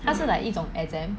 他是 like 一种 exam